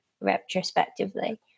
retrospectively